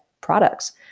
products